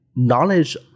Knowledge